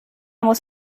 muss